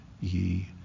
ye